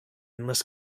unless